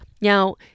Now